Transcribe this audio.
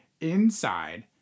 inside